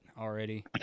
already